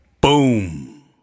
Boom